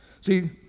See